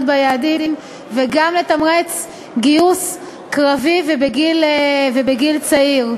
ביעדים וגם לתמרץ גיוס קרבי ובגיל צעיר.